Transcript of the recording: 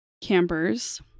campers